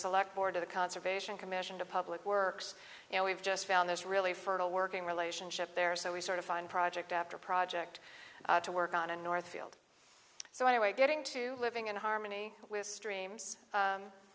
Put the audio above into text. select board to the conservation commission to public works you know we've just found this really fertile working relationship there so we sort of find project after project to work on a north field so anyway getting to living in harmony with streams